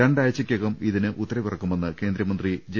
രണ്ടാഴ്ചയ്ക്കകം ഇതിന് ഉത്തരവിറക്കുമെന്ന് കേന്ദ്രമന്ത്രി ജെ